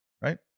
right